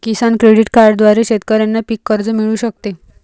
किसान credit कार्डद्वारे शेतकऱ्यांना पीक कर्ज मिळू शकते